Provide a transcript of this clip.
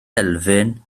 elfyn